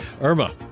Irma